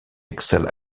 excel